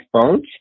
phones